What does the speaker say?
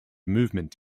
movement